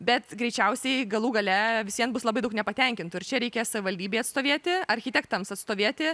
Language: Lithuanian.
bet greičiausiai galų gale vis vien bus labai daug nepatenkintų ir čia reikės savivaldybei atstovėti architektams atstovėti